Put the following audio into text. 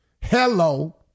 Hello